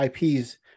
IPs